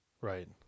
Right